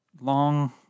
long